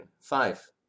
Five